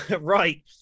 right